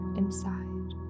inside